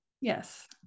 Yes